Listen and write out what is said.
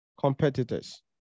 competitors